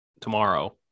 tomorrow